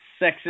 sexist